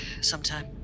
sometime